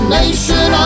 nation